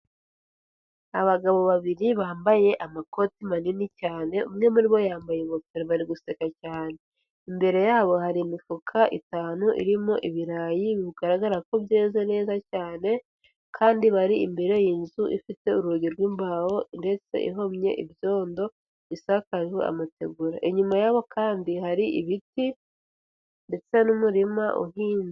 Abagabo babiri bambaye amakoti manini cyane, umwe muri bo yambaye ingofero, bari guseka cyane. Imbere yabo hari imifuka itanu irimo ibirayi bigaragara ko byeze neza cyane, kandi bari imbere y'inzu ifite urugi rw'imbaho ndetse ihumye ibyondo, isakaje amategura. Inyuma yabo kandi hari ibiti, ndetse n'umurima uhinze.